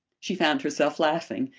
she found herself laughing.